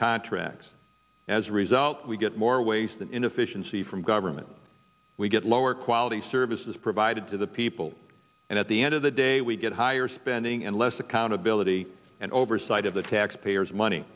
contracts as a result we get more waste and inefficiency from government we get lower quality services provided to the people and at the end of the day we get higher spending and less accountability and oversight of the taxpayers money